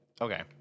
Okay